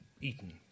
eaten